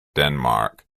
denmark